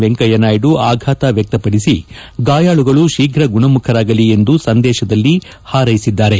ವೆಂಕಯ್ಯ ನಾಯ್ದು ಅಘಾತ ವ್ಯಕ್ತಪಡಿಸಿ ಗಾಯಾಳುಗಳು ಶೀಘ ಗುಣಮುಖರಾಗಲಿ ಎಂದು ಸಂದೇತದಲ್ಲಿ ಹಾರ್ಲೆಸಿದ್ದಾರೆ